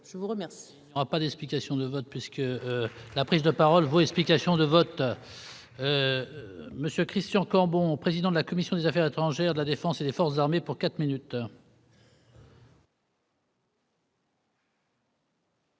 je vous remercie,